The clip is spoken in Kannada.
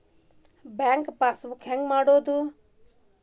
ಬ್ಯಾಂಕ್ ಪಾಸ್ ಬುಕ್ ಹೆಂಗ್ ಮಾಡ್ಸೋದು?